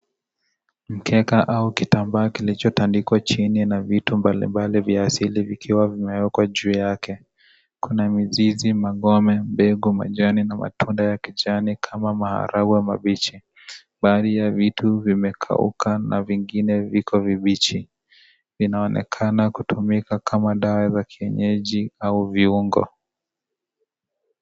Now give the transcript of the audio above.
Mkeka au kitambaa kilicho tandikwa chini na vitu mbali mbali vya kiasili vikiwa vimewekwa juu yake, kuna mizizi, magome mbegu, majani na matunda ya kijani kama maharagwe mabichi, baadhi ya vitu vimekauka na viingine viko vibichi, inaonekana kutumika kama dawa za kienyeji au viungo.